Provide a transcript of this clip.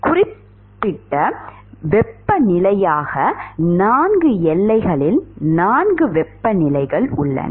குறிப்பிட்ட வெப்பநிலையாக நான்கு எல்லைகளில் நான்கு வெப்பநிலைகள் உள்ளன